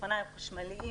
אופניים חשמליים